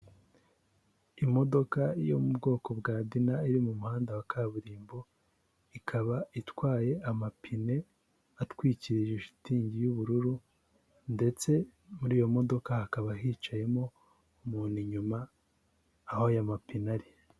Imodoka yo mu bwoko bwa dina iri mu muhanda wa kaburimbo, ikaba itwaye amapine atwikirije shitingi y'ubururu ndetse muri iyo modoka hakaba hicayemo umuntu inyuma aho aya mapine ari.